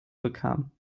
bekam